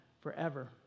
forever